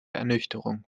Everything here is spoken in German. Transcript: ernüchterung